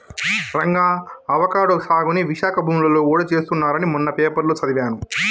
Ranga avocado సాగుని విశాఖ భూములలో గూడా చేస్తున్నారని మొన్న పేపర్లో సదివాను